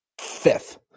fifth